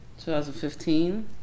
2015